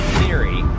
theory